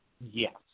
Yes